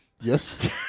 Yes